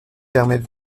permet